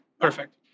Perfect